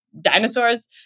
dinosaurs